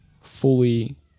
fully